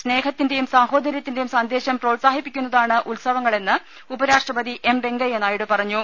സ്നേഹത്തിന്റെയും സാഹോദര്യത്തിന്റെയും സന്ദേശം പ്രോത്സാഹിപ്പിക്കുന്നതാണ് ഉത്സവങ്ങളെന്ന് ഉപരാഷ്ട്രപതി എം വെങ്കയ്യ നായിഡു പറഞ്ഞു